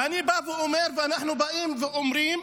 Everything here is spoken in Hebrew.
ואני בא ואומר ואנחנו באים ואומרים